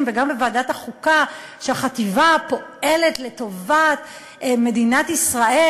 וגם בוועדת החוקה שהחטיבה פועלת לטובת מדינת ישראל,